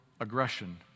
aggression